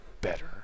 better